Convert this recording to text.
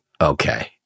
okay